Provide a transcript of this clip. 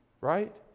Right